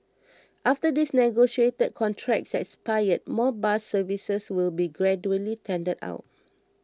after these negotiated contracts expire more bus services will be gradually tendered out